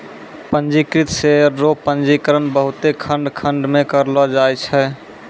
पंजीकृत शेयर रो पंजीकरण बहुते खंड खंड मे करलो जाय छै